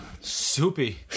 Soupy